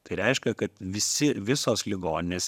tai reiškia kad visi visos ligoninės